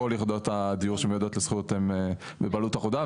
כל יחידות הדיור שמיועדות לשכירות הן בבעלות אחודה,